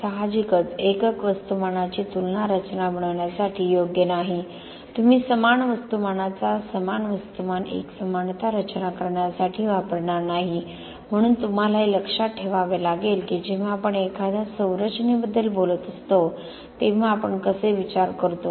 साहजिकच एकक वस्तुमानाची तुलना रचना बनवण्यासाठी योग्य नाही तुम्ही समान वस्तुमानाचा समान वस्तुमान एक समानता रचना करण्यासाठी वापरणार नाही म्हणून तुम्हाला हे लक्षात ठेवावे लागेल की जेव्हा आपण एखाद्या संरचनेबद्दल बोलत असतो तेव्हा आपण कसे विचार करतो